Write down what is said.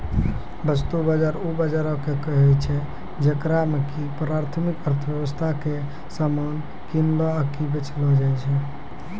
वस्तु बजार उ बजारो के कहै छै जेकरा मे कि प्राथमिक अर्थव्यबस्था के समान किनलो आकि बेचलो जाय छै